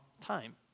time